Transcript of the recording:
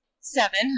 Seven